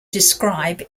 describe